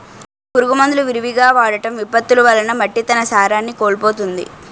పురుగు మందులు విరివిగా వాడటం, విపత్తులు వలన మట్టి తన సారాన్ని కోల్పోతుంది